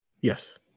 Yes